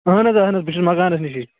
اَہَن حظ اَہَن حظ بہٕ چھُس مَکانَس نِشی